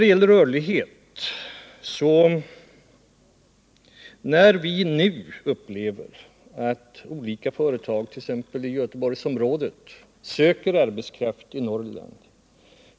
I frågan om rörligheten vill jag säga att vi nu får uppleva att olika företag, bl.a. i Göteborgsområdet, söker arbetskraft i Norrland.